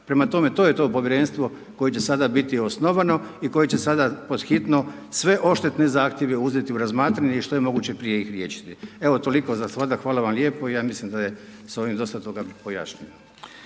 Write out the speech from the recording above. Prema tome, to je to Povjerenstvo koje će sada biti osnovano i koje će sada pod hitno sve odštetne zahtjeve uzeti u razmatranje i što je moguće prije ih riješiti. Evo toliko za sada, hvala vam lijepa i ja mislim da je s ovim dosta toga pojašnjeno.